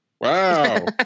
Wow